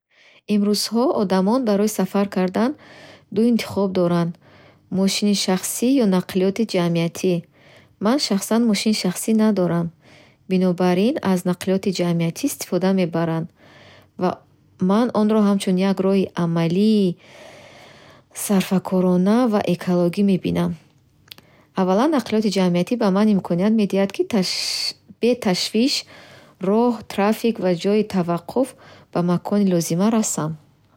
Имрӯзҳо одамон барои сафар кардан ду интихоб доранд: мошини шахсӣ ё нақлиёти ҷамъиятӣ. Ман шахсан мошини шахсӣ надорам, бинобар ин аз нақлиёти ҷамъиятӣ истифода мебарам ва ман онро ҳамчун як роҳи амалии, сарфакорона ва экологӣ мебинам. Аввалан, нақлиёти ҷамъиятӣ ба ман имконият медиҳад, ки бе ташш...бе ташвиш, роҳ, трафик ва ҷойи таваққуф ба макони лозима расам.